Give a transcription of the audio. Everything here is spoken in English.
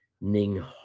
ning